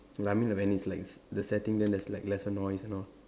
like I mean like when it's like the setting then there's like lesser noise and all